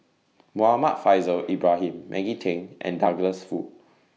Muhammad Faishal Ibrahim Maggie Teng and Douglas Foo